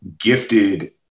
gifted